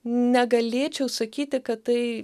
negalėčiau sakyti kad tai